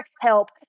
help